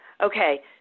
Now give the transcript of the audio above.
Okay